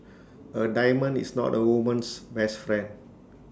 A diamond is not A woman's best friend